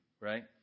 right